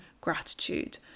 gratitude